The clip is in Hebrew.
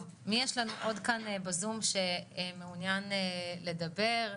מי עוד בזום שמעוניין לדבר?